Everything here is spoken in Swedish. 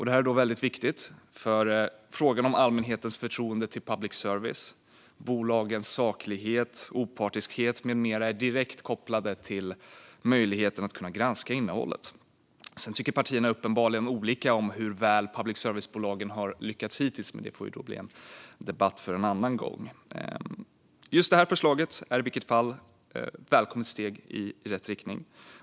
Detta är väldigt viktigt, för frågorna om allmänhetens förtroende för public service, bolagens saklighet och opartiskhet med mera är direkt kopplade till möjligheten att granska innehållet. Sedan tycker partierna uppenbarligen olika om hur väl public service-bolagen har lyckats hittills, men det är en debatt vi får ta en annan gång. Just det här förslaget är i vilket fall som helst ett välkommet steg i rätt riktning.